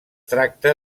tracta